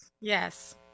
Yes